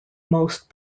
mostly